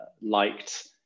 liked